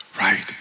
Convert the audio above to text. right